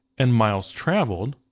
and miles traveled,